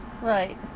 Right